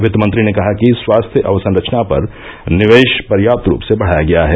वित्तमंत्री ने कहा कि स्वास्थ्य अवसंरचना पर निवेश पर्याप्त रूप से बढ़ाया गया है